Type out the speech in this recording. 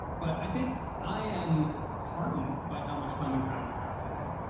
but i think i am heartened by how much common ground we found today.